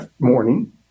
morning